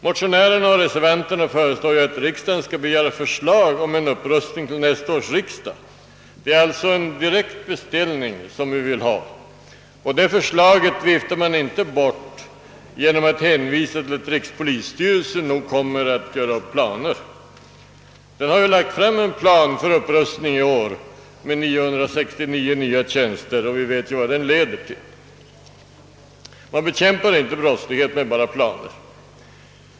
Motionärerna och reservanterna föreslår att riksdagen skall begära förslag om en upprustning till nästa års riksdag. Det är alltså en direkt beställning vi vill ha, och det förslaget viftar man inte bort genom att hänvisa till att rikspolisstyrelsen nog kommer att göra upp planer. Rikspolisstyrelsen har ju lagt fram en plan för upprustning i år med 969 nya tjänster, och vi vet ju vad den lett till. Man bekämpar inte brottslighet med bara planer.